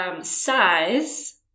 size